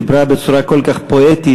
דיברה בצורה כל כך פואטית,